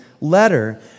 letter